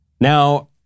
Now